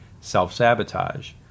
self-sabotage